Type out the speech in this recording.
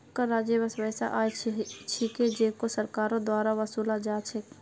कर राजस्व वैसा आय छिके जेको सरकारेर द्वारा वसूला जा छेक